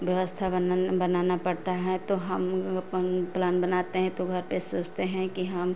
व्यवस्था बनन बनाना पड़ता है तो हम अपन प्लान बनाते हैं तो घर पर सोचते हैं कि हम